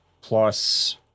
plus